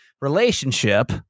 relationship